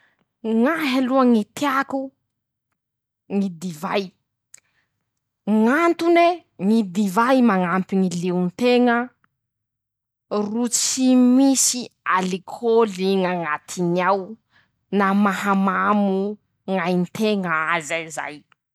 Ñ'ahy aloha ñy tiako. ñy divay. ñ'antone: -ñy divay mañampy ñy lion-teña ro tsy misy alikôly ñ'añatiny ao ;na maha mamo ñ'ainteña aza zay.